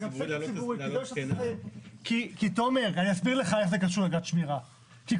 איך זה קשור לאגרת שמירה?